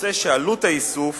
יוצא שעלות איסוף